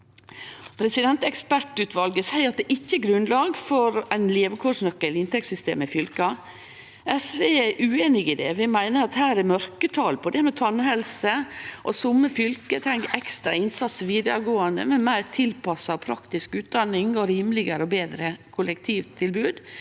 slår ut. Ekspertutvalet seier det ikkje er grunnlag for ein levekårsnøkkel i inntektssystemet i fylka. SV er ueinig i det. Vi meiner det her er mørketal på tannhelse, og somme fylke treng ekstra innsats i vidaregåande, med meir tilpassa praktisk utdanning og rimelegare og betre kollektivtilbod